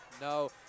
no